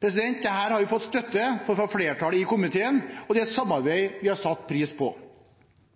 Dette har vi fått støtte for fra flertallet i komiteen, og det er et samarbeid vi har satt pris på.